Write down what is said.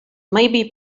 maybe